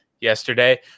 yesterday